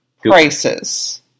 prices